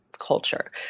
culture